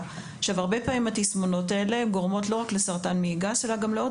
הרבה פעמים התסמונות האלו גורמות לא רק לסרטן מעי גס אלא לעוד